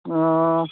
ಆಂ